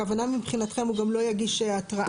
הכוונה מבחינתכם הוא גם לא יגיש התראה